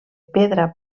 pedra